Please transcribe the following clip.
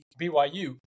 BYU